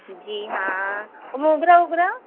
जी हाँ मोगरा ओगरा